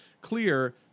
clear